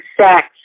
sex